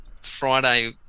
Friday